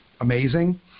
amazing